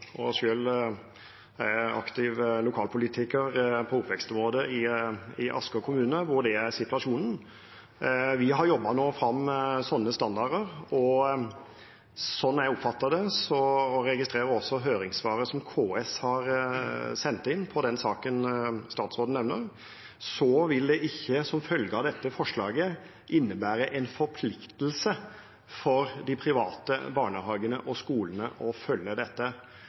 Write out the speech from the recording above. er jeg aktiv lokalpolitiker i oppvekstrådet i Asker kommune, hvor det er situasjonen. Vi har nå jobbet fram slike standarder, og sånn jeg oppfatter det og også registrerer av høringssvaret som KS har sendt inn i den saken statsråden nevner, vil det ikke som følge av dette forslaget innebære en forpliktelse for de private barnehagene og skolene å følge dette.